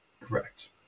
Correct